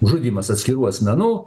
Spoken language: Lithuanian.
žudymas atskirų asmenų